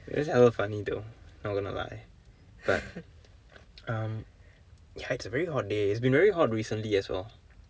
it's so funny though not going to lie but um ya it's a very hot day it's been very hot recently as well